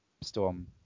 storm